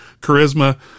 charisma